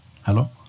hello